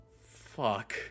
fuck